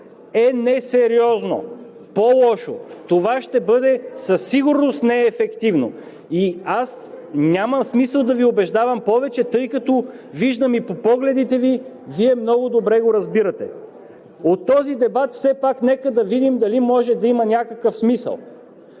е несериозно! По-лошо, това ще бъде със сигурност неефективно и аз няма смисъл да Ви убеждавам повече, тъй като виждам и по погледите Ви, Вие много добре го разбирате. От този дебат все пак нека да видим дали може да има някакъв смисъл,